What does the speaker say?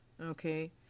okay